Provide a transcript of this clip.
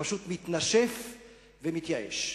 שפשוט מתנשף ומתייאש.